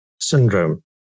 syndrome